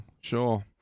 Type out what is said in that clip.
Sure